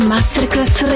Masterclass